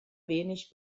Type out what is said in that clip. wenig